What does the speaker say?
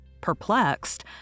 perplexed